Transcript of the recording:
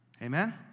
Amen